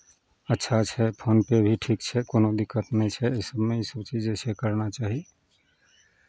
अच्छा छै फोन पे भी ठीक छै कोनो दिक्कत नहि छै एहि सभमे इसभ चीज जे छै करना चाही